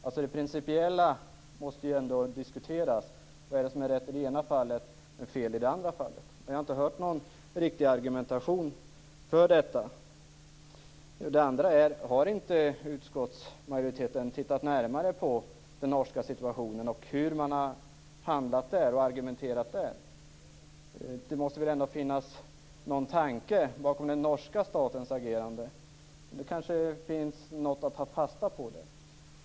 Det principiella måste ju ändå diskuteras: Vad är det som är rätt i det ena fallet, men fel i det andra fallet? Jag har inte hört någon riktig argumentation i frågan. Min andra fråga är: Har inte utskottsmajoriteten tittat närmare på den norska situationen och hur man har handlat och argumenterat där? Det måste väl ändå finnas en tanke bakom den norska statens agerande. Det kanske finns något att ta fasta på där.